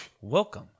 welcome